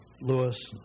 Lewis